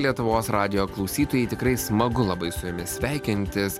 lietuvos radijo klausytojai tikrai smagu labai su jumis sveikintis